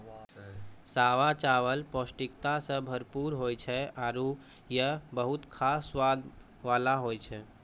सावा चावल पौष्टिकता सें भरपूर होय छै आरु हय बहुत खास स्वाद वाला होय छै